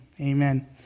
Amen